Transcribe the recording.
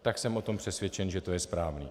Tak jsem o tom přesvědčen, že to je správné.